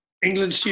England